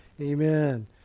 Amen